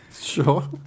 Sure